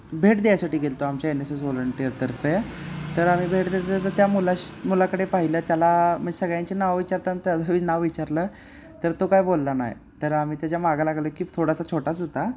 भेट द्यायसाठी गेलो होतो आमच्या एन एस एस व्हॉलंटीयरतर्फे तर आम्ही भेट देतो तर त्या मुलाश मुलाकडे पाहिलं त्याला म्हणजे सगळ्यांची नाव विचारतं त्याचं नाव विचारलं तर तो काय बोलला नाही तर आम्ही त्याच्या मागं लागलं की थोडासा छोटाच होता